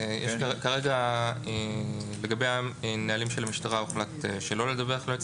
כרגע לגבי הנהלים של המשטרה הוחלט שלא לדווח ליועצת